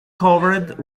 covered